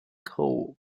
cold